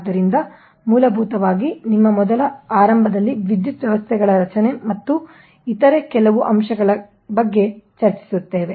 ಆದ್ದರಿಂದ ಮೂಲಭೂತವಾಗಿ ನಿಮ್ಮ ಮೊದಲ ಆರಂಭದಲ್ಲಿ ನಾವು ವಿದ್ಯುತ್ ವ್ಯವಸ್ಥೆಗಳ ರಚನೆ ಮತ್ತು ಇತರ ಕೆಲವು ಅಂಶಗಳ ಬಗ್ಗೆ ಚರ್ಚಿಸುತ್ತೇವೆ